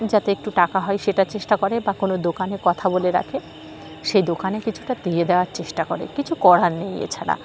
যাতে একটু টাকা হয় সেটার চেষ্টা করে বা কোনো দোকানে কথা বলে রাখে সেই দোকানে কিছুটা দিয়ে দেওয়ার চেষ্টা করে কিছু করার নেই এছাড়া